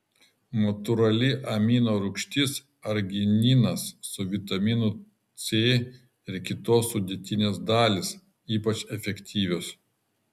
natūrali amino rūgštis argininas su vitaminu c ir kitos sudėtinės dalys ypač efektyvios